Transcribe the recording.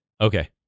Okay